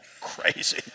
Crazy